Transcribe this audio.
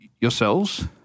yourselves